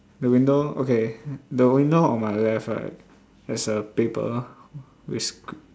the window okay the window on my left right there's a paper which